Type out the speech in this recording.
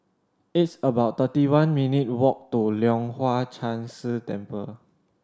it's about thirty one minutes' walk to Leong Hwa Chan Si Temple